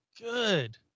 good